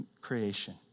creation